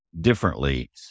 differently